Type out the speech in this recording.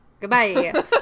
Goodbye